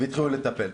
והתחילו לטפל.